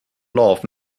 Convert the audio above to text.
love